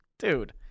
dude